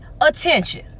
attention